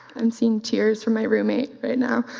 i'm seeing tears from my roommate right now.